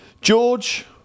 George